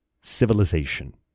civilization